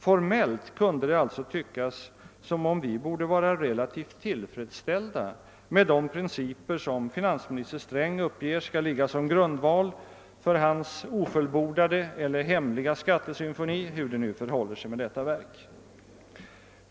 Formellt kunde det alltså tyckas som om vi borde vara relativt tillfredsställda med de principer som finansminister Sträng uppger skall ligga till grund för hans ofullbordade eller hemliga skattesymfoni.